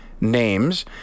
names